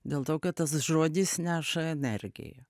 dėl to kad tas žodis neša energiją